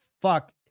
fuck